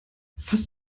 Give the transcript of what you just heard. fast